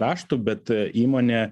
raštų bet įmonė